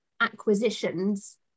Acquisitions